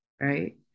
Right